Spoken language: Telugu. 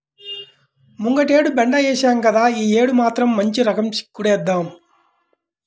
ముంగటేడు బెండ ఏశాం గదా, యీ యేడు మాత్రం మంచి రకం చిక్కుడేద్దాం